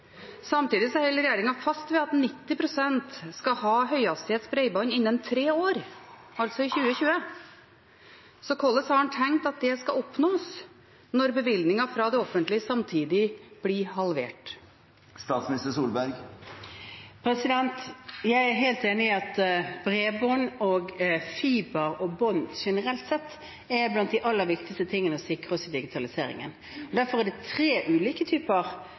Samtidig holder regjeringen fast ved at 90 pst. skal ha høyhastighetsbredbånd innen tre år, altså i 2020. Hvordan har en tenkt at det skal oppnås når bevilgningen fra det offentlige samtidig blir halvert? Jeg er helt enig i at bredbånd, fiber og bånd generelt sett er blant det aller viktigste å sikre seg i digitaliseringen. Derfor er det tre ulike typer